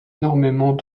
énormément